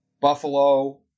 Buffalo